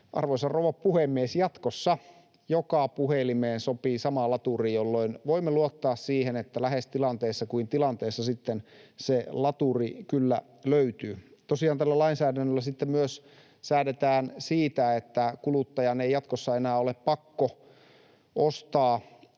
arvoisa rouva puhemies, jatkossa joka puhelimeen sopii sama laturi, jolloin voimme luottaa siihen, että lähes tilanteessa kuin tilanteessa sitten se laturi kyllä löytyy. Tosiaan tällä lainsäädännöllä säädetään siitä, että kuluttaja jatkossa voi ostaa